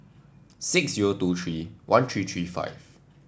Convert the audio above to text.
six zero two three one three three five